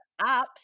apps